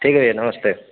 ठीक है भैया नमस्ते